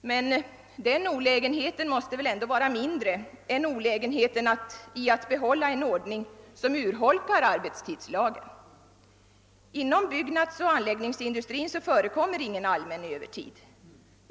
Men den olägenheten måste väl ändå vara mindre än olägenheten i att bibehålla en ordning som urholkar arbetstidslagen. Inom byggnadsoch anläggningsindustrin förekommer ingen »allmän Öövertid«.